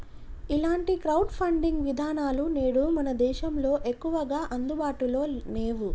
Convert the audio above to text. ఇలాంటి crowd funding విధానాలు నేడు మన దేశంలో ఎక్కువగా అందుబాటులో నేవు